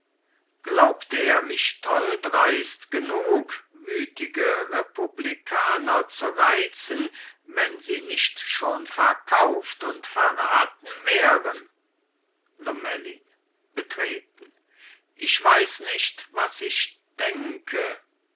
glaubte er mich tolldreist genug wütige republikaner zu reizen wenn sie nicht schon verkauft und verraten wären lomellin betreten ich weiß nicht was ich denke